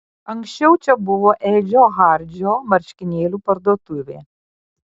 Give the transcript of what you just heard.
anksčiau čia buvo edžio hardžio marškinėlių parduotuvė